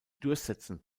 durchsetzen